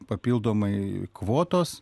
papildomai kvotos